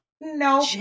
no